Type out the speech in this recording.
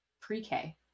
pre-K